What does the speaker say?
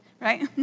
right